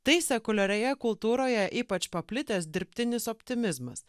tai sekuliarioje kultūroje ypač paplitęs dirbtinis optimizmas